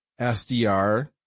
SDR